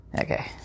Okay